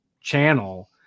channel